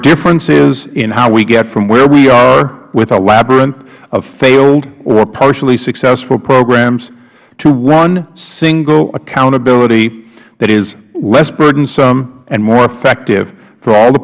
differences in how we get from where we are with a labyrinth of failed or partially successful programs to one single accountability that is less burdensome and more effective for all the